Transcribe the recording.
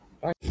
Bye